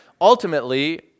ultimately